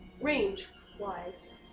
range-wise